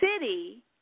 city